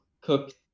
cook